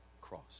cross